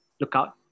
lookout